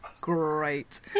Great